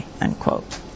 unquote